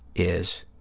is,